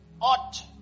ought